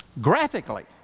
Graphically